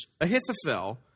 Ahithophel